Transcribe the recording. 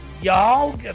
y'all